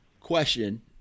question